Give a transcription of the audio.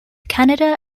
canada